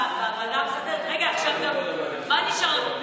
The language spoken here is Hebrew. בוועדה המסדרת: רגע, עכשיו מה נשאר לנו?